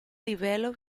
livello